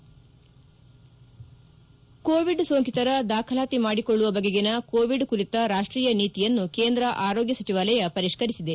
ಮುಖ್ಲಾಂಶ Covid ಸೋಂಕಿತರ ದಾಖಲಾತಿ ಮಾಡಿಕೊಳ್ಳುವ ಬಗೆಗಿನ ಕೋವಿಡ್ ಕುರಿತ ರಾಷ್ಷೀಯ ನೀತಿಯನ್ನು ಕೇಂದ್ರ ಆರೋಗ್ಲ ಸಚಿವಾಲಯ ಪರಿಷ್ಠರಿಸಿದೆ